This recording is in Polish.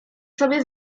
sobie